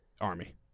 Army